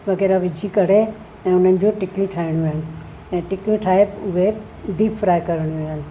वग़ैरह विझी करे ऐं हुननि जियूं टिकियूंं ठाहिणियूं आहिनि ऐं टिकियूं ठाहे उहे डीप फ्राए करणियूं आहिनि